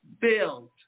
build